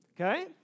Okay